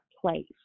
place